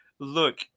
Look